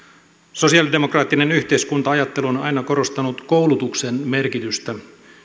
sosialidemokraattinen yhteiskunta ajattelu on on aina korostanut koulutuksen merkitystä